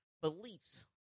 beliefs